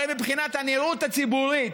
הרי מבחינת הנראות הציבורית